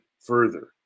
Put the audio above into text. further